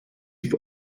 for